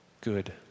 Good